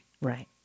Right